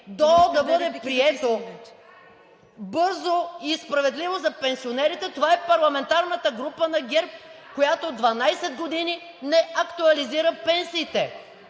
ДОО да бъде прието бързо и справедливо за пенсионерите, това е парламентарната група на ГЕРБ, която 12 години не е актуализирала пенсиите.